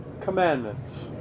commandments